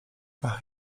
ach